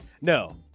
No